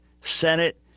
Senate